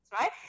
right